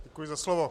Děkuji za slovo.